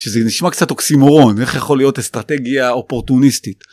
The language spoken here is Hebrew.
שזה נשמע קצת אוקסימורון איך יכול להיות אסטרטגיה אופורטוניסטית.